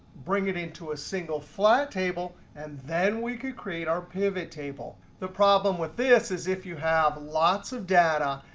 bring it into a single flat table, and then we could create our pivot table. the problem with this is if you have lots of data,